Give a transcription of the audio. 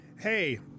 hey